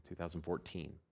2014